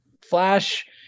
flash